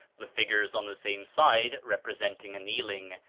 the figures on the same side representing a kneeling,